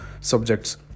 subjects